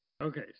Okay